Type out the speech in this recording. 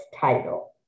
title